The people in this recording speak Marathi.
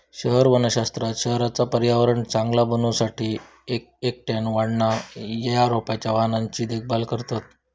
शहर वनशास्त्रात शहराचा पर्यावरण चांगला बनवू साठी एक एकट्याने वाढणा या रोपांच्या वाहनांची देखभाल करतत